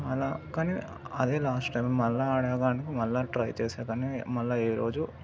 అలా కానీ అదే లాస్ట్ టైమ్ మళ్ళీ ఆడేవాడిని మళ్ళీ ట్రై చేసా కానీ మళ్ళీ ఏ రోజు